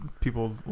people